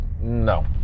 no